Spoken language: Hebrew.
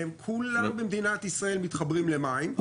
הם כולם במדינת ישראל מתחברים למים,